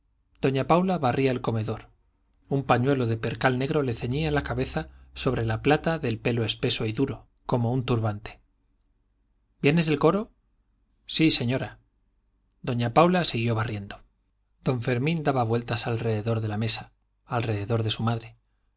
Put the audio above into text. doña paula barría el comedor un pañuelo de percal negro le ceñía la cabeza sobre la plata del pelo espeso y duro como un turbante vienes del coro sí señora doña paula siguió barriendo don fermín daba vueltas alrededor de la mesa alrededor de su madre